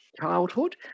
childhood